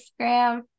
Instagram